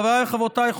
חבריי וחברותיי,